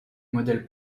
modèle